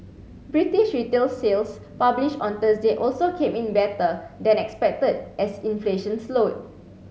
British retail sales published on Thursday also came in better than expected as inflation slowed